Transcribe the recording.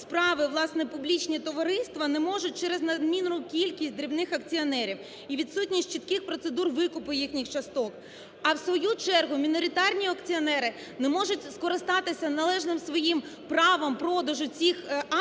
справи, власне, публічні товариства не можуть через надмірну кількість дрібних акціонерів і відсутність чітких процедур викупу їх часток. А в свою чергу міноритарні акціонери не можуть скористатися належним своїм правом продажу цих акцій